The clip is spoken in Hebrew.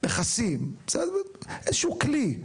איזשהו כלי,